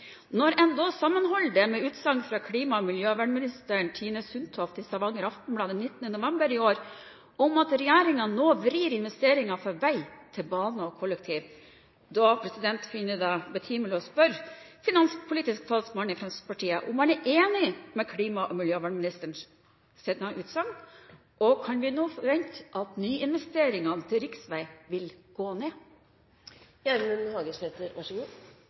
Når man sammenholder det med utsagn fra klima- og miljøvernminister Tine Sundtoft i Stavanger Aftenblad den 19. november i år, om at regjeringen nå vrir investeringer fra vei til bane og kollektiv, finner jeg det betimelig å spørre finanspolitisk talsmann i Fremskrittspartiet om han er enig med klima- og miljøvernministerens utsagn. Kan vi nå forvente at nyinvesteringene til riksveier vil gå ned?